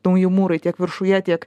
nauji mūrai tiek viršuje tiek